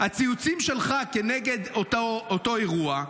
הציוצים שלך נגד אותו אירוע,